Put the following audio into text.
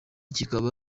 kikaba